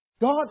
God